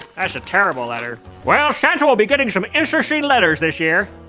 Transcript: a terrible letter. well santa will be getting some interesting letters this year.